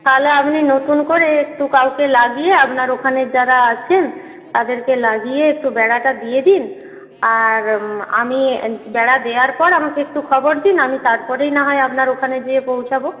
তাহলে আপনি নতুন করে একটু কাউকে লাগিয়ে আপনার ওখানে যারা আছেন তাদেরকে লাগিয়ে একটু বেড়াটা দিয়ে দিন আর আমি বেড়া দেওয়ার পর আমাকে একটু খবর দিন আমি তারপরেই না হয় আপনার ওখানে গিয়ে পৌঁছব